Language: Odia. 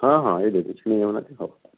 ହଁ ହଁ ଏଇ ଦେଇଦେଉଛି ହଉ